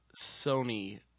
Sony